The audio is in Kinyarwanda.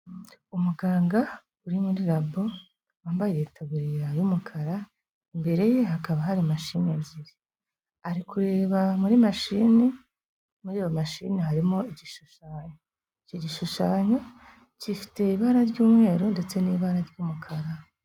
Umuganga uri muri labo wambaye itaburiya y'umukara, imbere ye hakaba hari mashini ebyiri, ari kureba muri mashini, muri iyo mashini harimo igishushanyo, icyo gishushanyo gifite ibara ry'umweru ndetse n'ibara ry'umukara.